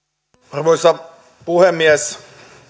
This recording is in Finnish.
arvoisa puhemies